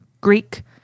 Greek